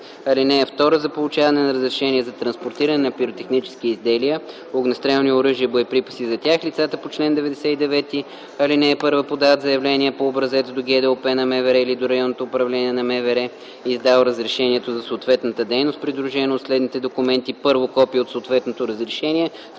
чл. 12. (2) За получаване на разрешение за транспортиране на пиротехнически изделия, огнестрелни оръжия и боеприпаси за тях лицата по чл. 99, ал. 1 подават заявление по образец до ГДОП на МВР или до РУ на МВР, издал разрешението за съответната дейност, придружено от следните документи: 1. копие от съответното разрешение;